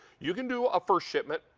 you can do a first ship,